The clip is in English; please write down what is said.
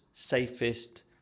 safest